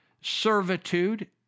servitude